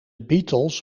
beatles